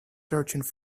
searching